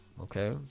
Okay